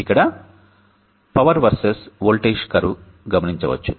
ఇక్కడ power versus voltage curve గమనించవచ్చు